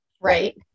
Right